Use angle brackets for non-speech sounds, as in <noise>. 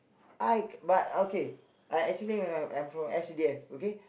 I <noise> but okay I actually I'm from S_C_D_F okay